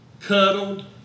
cuddled